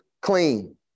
clean